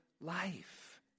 life